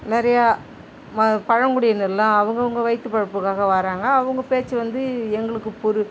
நிறையா பழங்குடியினர்லாம் அவங்கவங்க வையித்து புழப்புக்குகாக வராங்க அவங்க பேச்சு வந்து எங்களுக்கு புரி